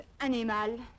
animal